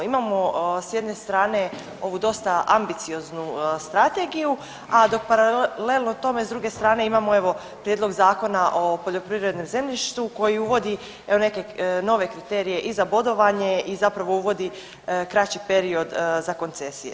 Imamo s jedne strane ovu dosta ambicioznu strategiju, a dok paralelno tome s druge strane imamo evo prijedlog Zakona o poljoprivrednom zemljištu koji uvodi evo neke nove kriterije i za bodovanje i zapravo uvodi kraći period za koncesije.